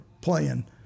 playing